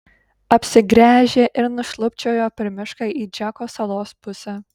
apsigręžė ir nušlubčiojo per mišką į džeko salos pusę